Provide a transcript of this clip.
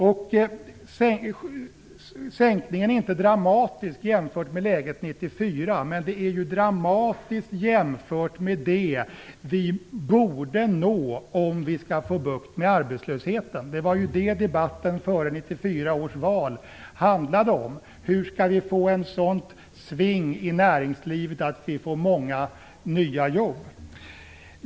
Minskningen är inte dramatisk jämfört med läget 1994, men den är dramatisk jämfört med vad vi borde nå om vi skall kunna få bukt med arbetslösheten. Debatten inför 1994 års val handlade just om hur vi skall få ett sådant sving i näringslivet att vi får många nya jobb.